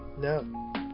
No